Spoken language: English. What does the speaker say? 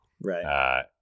Right